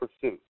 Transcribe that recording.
pursuit